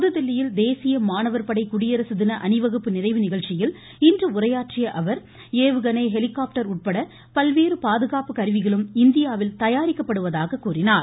புதுதில்லியில் தேசிய மாணவர் படை குடியரசு தின அணிவகுப்பு நிறைவு நிகழ்ச்சியில் இன்று உரையாற்றிய அவர் ஏவுகணை ஹெலிகாப்டர் உட்பட பல்வேறு பாதுகாப்பு கருவிகளும் இந்தியாவில் தயாரிக்கப்படுவதாக கூறினார்